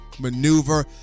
maneuver